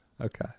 Okay